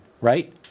right